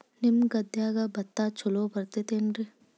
ನಿಮ್ಮ ಗದ್ಯಾಗ ಭತ್ತ ಛಲೋ ಬರ್ತೇತೇನ್ರಿ?